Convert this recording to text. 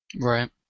right